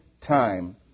time